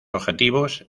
objetivos